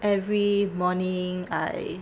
every morning I